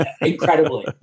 Incredibly